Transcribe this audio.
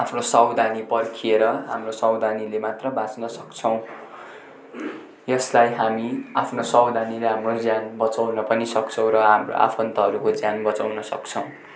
आफ्नो सावधानी पर्खिएर हाम्रो सावधानीले मात्र बाँच्न सक्छौँ यसलाई हामी आफ्नो सावधानीले हाम्रो ज्यान बचाउन पनि सक्छौँ र हाम्रो आफन्तहरूको ज्यान बचाउन सक्छौँ